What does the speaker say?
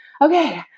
okay